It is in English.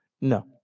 No